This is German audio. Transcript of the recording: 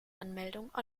anmeldung